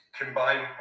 combined